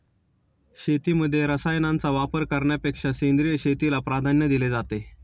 शेतीमध्ये रसायनांचा वापर करण्यापेक्षा सेंद्रिय शेतीला प्राधान्य दिले जाते